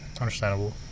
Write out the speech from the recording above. Understandable